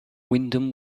wyndham